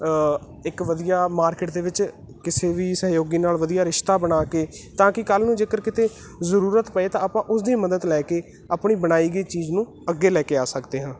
ਇੱਕ ਵਧੀਆ ਮਾਰਕੀਟ ਦੇ ਵਿੱਚ ਕਿਸੇ ਵੀ ਸਹਿਯੋਗੀ ਨਾਲ ਵਧੀਆ ਰਿਸ਼ਤਾ ਬਣਾ ਕੇ ਤਾਂ ਕਿ ਕੱਲ ਨੂੰ ਜੇਕਰ ਕਿਤੇ ਜ਼ਰੂਰਤ ਪਏ ਤਾਂ ਆਪਾਂ ਉਸ ਦੀ ਮਦਦ ਲੈ ਕੇ ਆਪਣੀ ਬਣਾਈ ਗਈ ਚੀਜ਼ ਨੂੰ ਅੱਗੇ ਲੈ ਕੇ ਆ ਸਕਦੇ ਹਾਂ